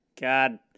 God